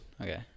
Okay